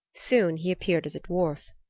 soon he appeared as a dwarf.